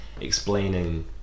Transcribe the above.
explaining